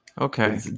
okay